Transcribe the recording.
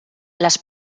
les